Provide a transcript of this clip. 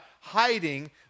hiding